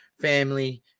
family